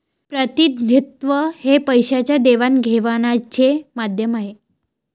प्रतिनिधित्व हे पैशाच्या देवाणघेवाणीचे माध्यम आहे